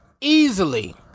easily